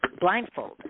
blindfold